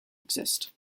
exist